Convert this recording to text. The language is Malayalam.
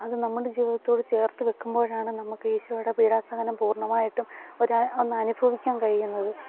അത് നമ്മുടെ ജീവിതത്തോട് ചേർത്തുവയ്ക്കുമ്പോഴാണ് നമുക്ക് ഈശോയുടെ പീഡാസഹനം പൂർണ്ണമായിട്ടും ഒരു ഒന്നനുഭവക്കാൻ കഴിയുന്നത്